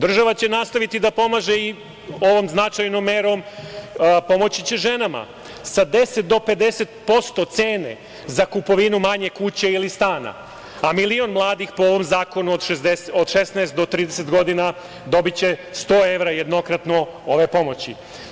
Država će nastaviti da pomaže i ovom značajnom merom, pomoći će ženama sa 10 do 50% cene za kupovinu manje kuće ili stana, a milion mladih po ovom zakonu od 16 do 30 godina dobiće 100 evra jednokratno ove pomoći.